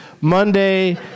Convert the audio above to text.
Monday